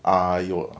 ah 有 lah